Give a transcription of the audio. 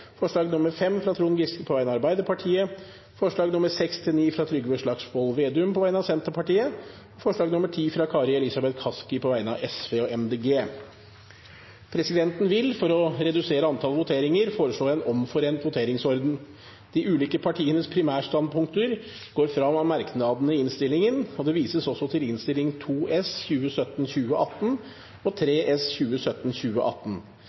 forslag nr. 5, fra Trond Giske på vegne av Arbeiderpartiet forslagene nr. 6–9, fra Trygve Slagsvold Vedum på vegne av Senterpartiet forslag nr. 10, fra Kari Elisabeth Kaski på vegne av Sosialistisk Venstreparti og Miljøpartiet De Grønne Presidenten vil – for å redusere antall voteringer – foreslå en omforent voteringsorden. De ulike partienes primærstandpunkter går fram av merknadene i innstillingen, og det vises også til Innst. 2 S for 2017–2018 og